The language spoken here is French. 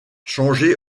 changer